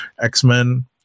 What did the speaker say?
X-Men